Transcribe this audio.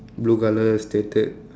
blue colour stated